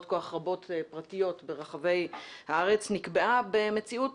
כוח רבות פרטיות ברחבי הארץ נקבעה במציאות